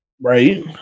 Right